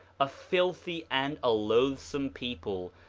a filthy, and a loathsome people,